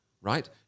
right